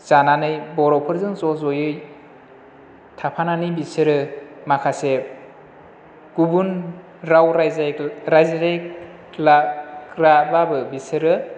जानानै बर'फोरजों ज' ज'यै थाफानानै बिसोरो माखासे गुबुन राव रायज्लायग्राबाबो बिसोरो